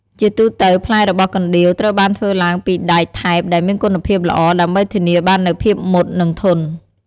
ជាទូទៅ ផ្លែរបស់កណ្ដៀវត្រូវបានធ្វើឡើងពីដែកថែបដែលមានគុណភាពល្អ ដើម្បីធានាបាននូវភាពមុត និងធន់។